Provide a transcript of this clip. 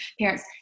parents